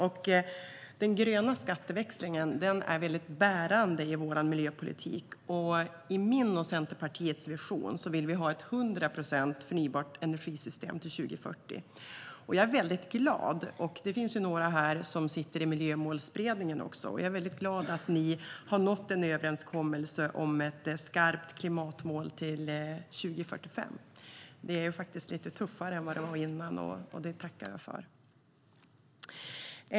Den gröna skatteväxlingen är bärande i vår miljöpolitik, och i min och Centerpartiets vision vill vi ha ett energisystem som är till 100 procent förnybart till 2040. Några här sitter i Miljömålsberedningen, och jag är väldigt glad att ni har nått en överenskommelse om ett skarpt klimatmål till 2045. Det är lite tuffare än vad det var innan, och det tackar jag för.